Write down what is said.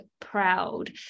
proud